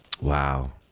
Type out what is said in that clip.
Wow